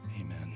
Amen